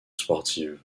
sportives